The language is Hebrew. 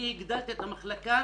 אני הגדלתי את המחלקה